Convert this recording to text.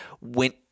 went